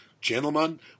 Gentlemen